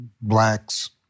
blacks